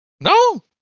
No